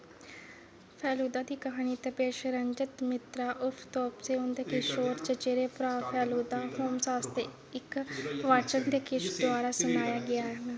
फेलुदा दी क्हानियां तपेश रंजन मित्रा उर्फ तोप्से उं'दे किशोर चचेरे भ्राऽ फेलुदा होम्स आस्तै इक वाटसन दे किश द्वारा सनाइयां गेइयां न